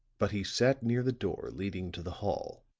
but he sat near the door leading to the hall,